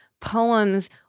poems